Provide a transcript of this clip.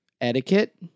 etiquette